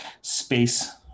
space